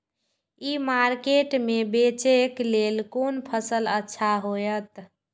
ई market में बेचेक लेल कोन फसल अच्छा होयत?